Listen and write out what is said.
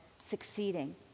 succeeding